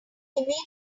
immediate